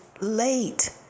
late